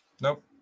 nope